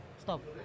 Stop